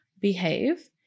behave